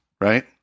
right